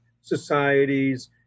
societies